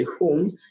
home